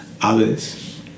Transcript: others